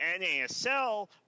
nasl